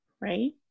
right